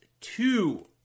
two